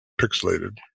pixelated